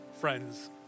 friends